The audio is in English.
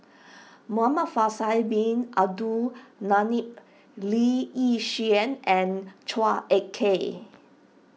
Muhamad Faisal Bin Abdul Manap Lee Yi Shyan and Chua Ek Kay